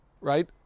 right